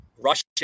Russia